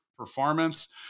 performance